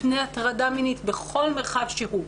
מפני הטרדה מינית בכל מרחב שהוא.